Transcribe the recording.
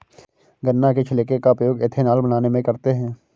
गन्ना के छिलके का उपयोग एथेनॉल बनाने में करते हैं